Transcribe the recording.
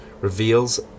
Reveals